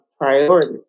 priority